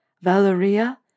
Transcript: Valeria